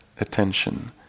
attention